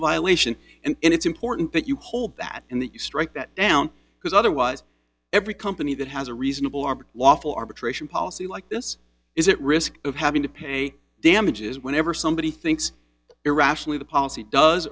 violation and it's important that you hold that and that you strike that down because otherwise every company that has a reasonable arbor lawful arbitration policy like this is at risk of having to pay damages whenever somebody thinks irrationally the policy does